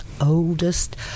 oldest